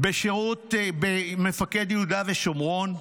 מפקד יהודה ושומרון,